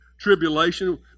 tribulation